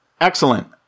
excellent